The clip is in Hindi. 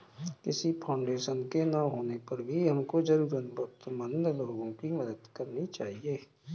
किसी फाउंडेशन के ना होने पर भी हमको जरूरतमंद लोगो की मदद करनी चाहिए